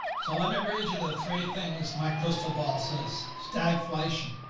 so let me read you the three things. my crystal ball says, stagflation,